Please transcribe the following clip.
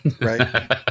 right